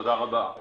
תודה רבה.